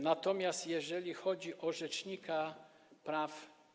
Natomiast jeżeli chodzi o rzecznika praw.